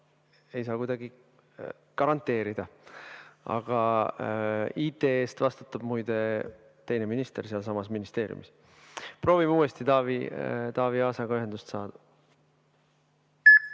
ei saa kuidagi garanteerida. Aga IT eest vastutab muide teine minister sealsamas ministeeriumis. Proovime uuesti Taavi Aasaga ühendust saada.